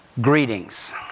Greetings